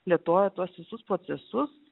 plėtojo tuos visus procesus